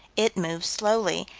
it moved slowly,